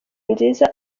nziza